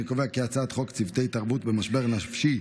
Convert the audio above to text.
אני קובע כי הצעת חוק צוותי התערבות במשבר נפשי,